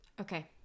Okay